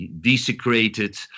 desecrated